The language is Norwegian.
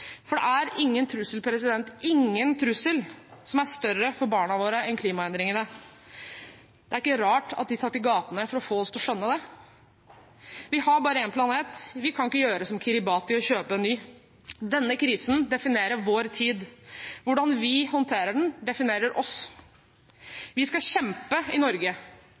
For det er ingen trussel – ingen trussel – som er større for barna våre enn klimaendringene. Det er ikke rart de tar til gatene for å få oss til å skjønne det. Vi har bare én planet – vi kan ikke gjøre som Kiribati og kjøpe en ny. Denne krisen definerer vår tid. Hvordan vi håndterer den, definerer oss. Vi skal kjempe i Norge,